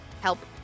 help